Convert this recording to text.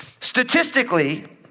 Statistically